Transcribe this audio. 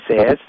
says